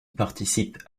participent